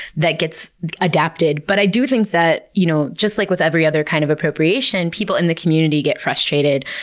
that gets adapted but i do think that, you know just like with every other kind of appropriation, people in the community get frustrated,